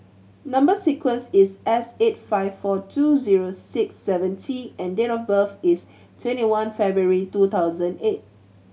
number sequence is S eight five four two zero six seven T and date of birth is twenty one February two thousand eight